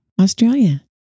australia